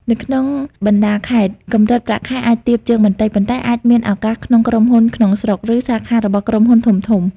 នៅក្នុងបណ្តាខេត្ត កម្រិតប្រាក់ខែអាចទាបជាងបន្តិច ប៉ុន្តែអាចមានឱកាសក្នុងក្រុមហ៊ុនក្នុងស្រុក ឬសាខារបស់ក្រុមហ៊ុនធំៗ។